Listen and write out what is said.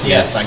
Yes